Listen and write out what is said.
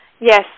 Yes